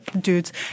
dudes